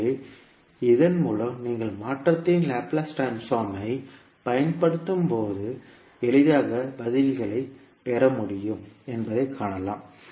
எனவே இதன் மூலம் நீங்கள் மாற்றத்தின் லாப்லேஸ் ட்ரான்ஸ்போர்மை பயன்படுத்தும்போது எளிதாக பதில்களைப் பெற முடியும் என்பதைக் காணலாம்